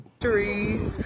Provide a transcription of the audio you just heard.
Trees